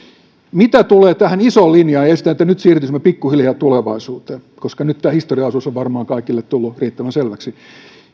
mitä tulee tähän isoon linjaan niin esitän että nyt siirtyisimme pikkuhiljaa tulevaisuuteen koska nyt tämä historiaosuus on varmaan kaikille tullut riittävän selväksi